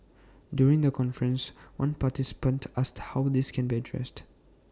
during the conference one participant asked how this can be addressed